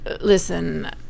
listen